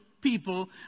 people